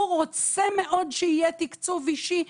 הוא רוצה מאוד שיהיה תקצוב אישי,